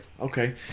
Okay